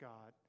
God